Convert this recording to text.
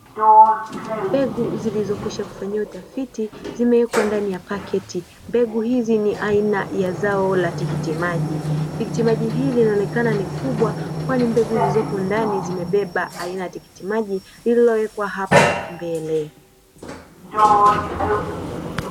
Mbegu zilizokwisha kufanyiwa utafiti zimewekwa ndani ya paketi. Mbegu hizi ni aina ya zao la tikitimaji, tikitimaji hili linaonekana ni kubwa, kwani mbegu zilizopo ndani zimebeba aina ya tikitimaji lililowekwa hapo mbele.